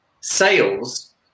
sales